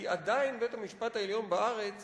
כי עדיין בית-המשפט העליון בארץ